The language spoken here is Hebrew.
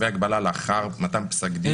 אי-שוויון מסוים שנגרם לאחר פסיקה.